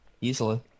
Easily